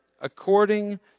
according